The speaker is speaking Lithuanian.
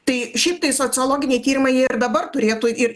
tai šiaip tai sociologiniai tyrimai jie ir dabar turėtų ir